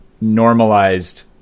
normalized